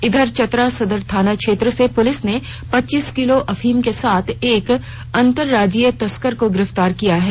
इधर चतरा सदर थानाक्षेत्र से पुलिस ने पच्चीस किलो अफीम के साथ एक अंतर्राज्जीय तस्कर को गिरफ्तार किया है